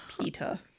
Peter